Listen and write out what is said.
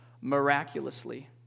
miraculously